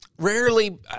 Rarely